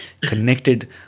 connected